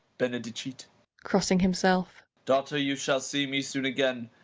benedicite crossing himself. daughter, you shall see me soon again,